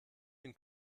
den